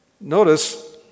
Notice